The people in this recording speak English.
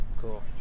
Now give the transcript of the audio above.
Cool